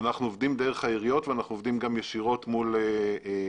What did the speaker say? אנחנו עובדים דרך העיריות ואנחנו עובדים גם ישירות מול עמותות